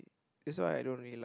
that's why I don't really like